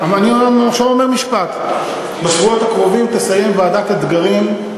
אני עכשיו אומר משפט: בשבועות הקרובים תסיים ועדת אתגרים,